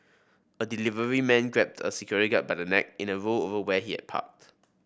a delivery man grabbed a security guard by the neck in a row over where he had parked